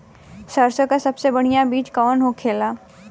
सरसों का सबसे बढ़ियां बीज कवन होखेला?